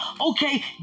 okay